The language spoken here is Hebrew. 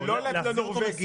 לא ל"נורבגי".